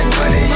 money